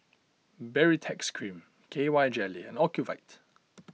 Baritex Cream K Y Jelly Ocuvite